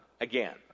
again